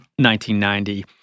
1990